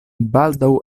baldaŭ